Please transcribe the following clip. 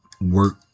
work